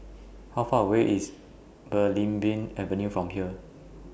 How Far away IS Belimbing Avenue from here